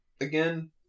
again